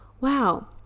wow